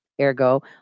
Ergo